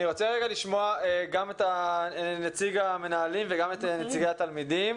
אני רוצה לשמוע את נציג המנהלים וגם את נציגי התלמידים.